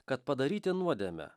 kad padaryti nuodėmę